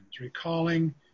recalling